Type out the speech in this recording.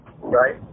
right